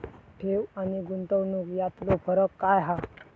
ठेव आनी गुंतवणूक यातलो फरक काय हा?